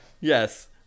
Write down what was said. Yes